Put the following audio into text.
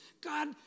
God